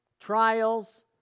trials